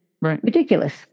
Ridiculous